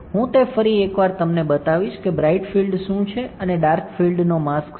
હું તે ફરી એકવાર તમને બતાવીશ કે બ્રાઇટ ફીલ્ડ શું છે અને ડાર્ક ફીલ્ડનો માસ્ક શું છે